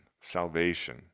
salvation